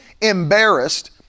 embarrassed